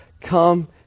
come